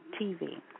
TV